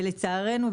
ולצערנו,